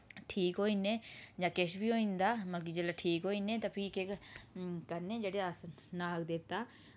ठीक होई जन्ने जां किश बी होई जंदा मतलब कि जेल्लै ठीक होई जन्ने फ्ही केह् करने जेह्ड़े अस नाग देवता